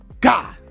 God